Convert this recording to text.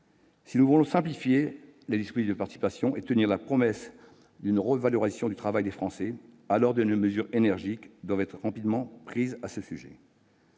Si nous voulons simplifier les dispositifs de participation et tenir la promesse d'une revalorisation du travail des Français, alors des mesures énergiques doivent être rapidement prises à ce sujet.